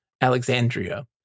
Alexandria